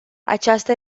această